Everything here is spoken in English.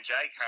Jake